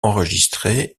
enregistrée